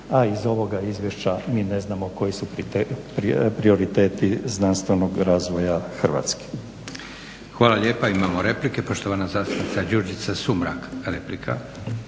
a iz ovoga Izvješća mi ne znamo koji su prioriteti znanstvenog razvoja Hrvatske.